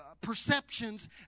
perceptions